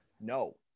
No